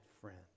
friend